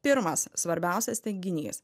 pirmas svarbiausias teiginys